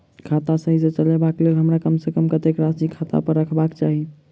खाता सही सँ चलेबाक लेल हमरा कम सँ कम कतेक राशि खाता पर रखबाक चाहि?